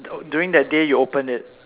during that day you open it